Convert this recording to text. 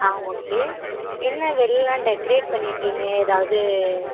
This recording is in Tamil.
ஆ ஓகே என்ன வெளிலலாம் டெக்ரேட் பண்ணிருக்கீங்க எதாவது